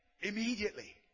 immediately